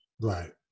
Right